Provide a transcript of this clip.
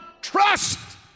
trust